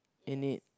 in it